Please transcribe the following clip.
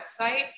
website